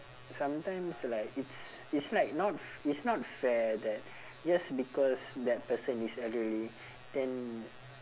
sometimes like it's it's like not f~ it's not fair that just because that person is elderly then